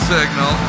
Signal